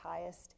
highest